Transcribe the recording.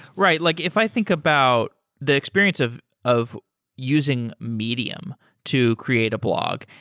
right. like if i think about the experience of of using medium to create a blog,